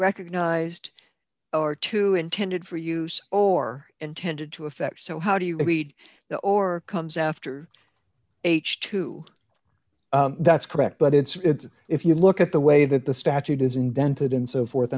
recognized or two intended for use or intended to affect so how do you read the or comes after h two that's correct but it's if you look at the way that the statute is indented and so forth